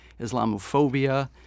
Islamophobia